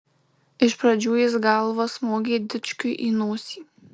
iš pradžių jis galva smogė dičkiui į nosį